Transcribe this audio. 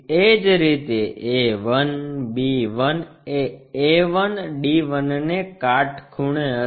એ જ રીતે a 1 b 1 એ a 1 d 1 ને કાટખૂણે હશે